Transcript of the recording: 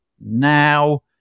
now